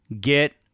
get